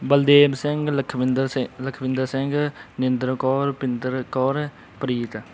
Baldev Singh Lakhwinder Singh Lakhwinder Singh Ninder Kaur Bhinder Kaur Preet